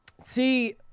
see